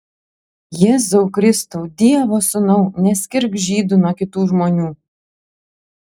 jėzau kristau dievo sūnau neskirk žydų nuo kitų žmonių